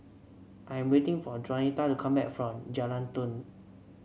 I am waiting for Jaunita to come back from Jalan Turi